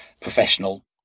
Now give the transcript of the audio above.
professional